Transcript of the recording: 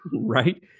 Right